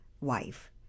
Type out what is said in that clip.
wife